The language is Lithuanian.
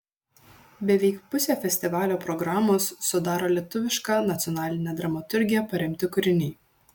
beveik pusę festivalio programos sudaro lietuviška nacionaline dramaturgija paremti kūriniai